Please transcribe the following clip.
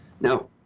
Now